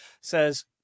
says